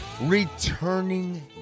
returning